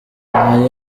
nta